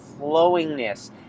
flowingness